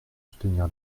soutenir